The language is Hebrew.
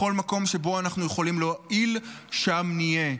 בכל מקום שבו אנחנו יכולים להועיל, שם נהיה.